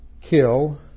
kill